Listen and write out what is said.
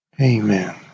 Amen